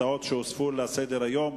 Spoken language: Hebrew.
אלה הצעות שהוספו לסדר-היום.